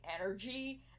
energy